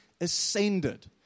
ascended